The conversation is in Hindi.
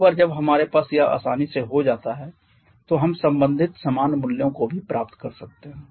एक बार जब हमारे पास यह आसानी से हो जाता है तो हम संबंधित समान मूल्यों को भी प्राप्त कर सकते हैं